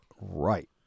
Right